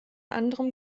anderem